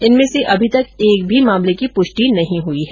इनमें से अभी तक एक भी मामले की पुष्टि नहीं हुई है